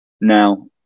now